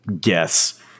guess